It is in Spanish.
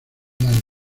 lyon